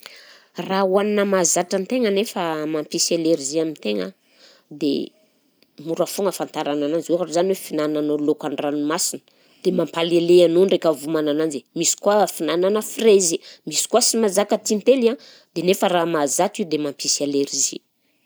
Raha hohanina mahazatra an-tegna nefa mampisy alerzia amitegna dia mora foagna ahafantarana ananjy ohatra zany hoe fihinananao lôkan-dranomasina, dia mampalailay anao ndraika vao homana ananjy, misy koa fihinanana frezy, misy koa sy mahazaka tintely an dia nefa raha mahazatra io dia mampisy alerzia.